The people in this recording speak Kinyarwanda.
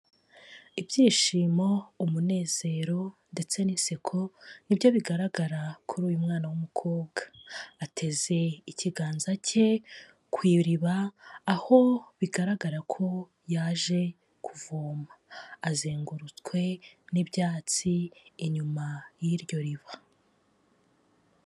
Ibyishimo, umunezero, ndetse n'iseko nibyo bigaragara kuri uyu mwana w'umukobwa, ateze ikiganza cye ku iriba aho bigaragara ko yaje kuvoma, azengurutswe n'ibyatsi inyuma y'iryo riba.